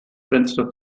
fenster